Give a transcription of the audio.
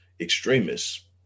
extremists